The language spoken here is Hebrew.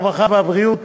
הרווחה והבריאות,